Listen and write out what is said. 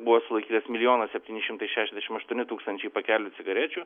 buvo sulaikytas milijonas septyni šimtai šešiasdešimt aštuoni tūkstančiai pakelių cigarečių